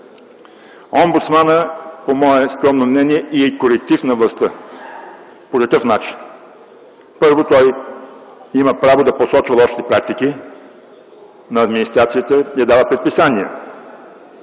Омбудсманът, по мое скромно мнение, е и коректив на властта. По какъв начин? Първо, той има право да посочва лошите практики на администрацията и да дава предписания.